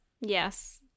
Yes